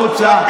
החוצה.